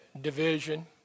division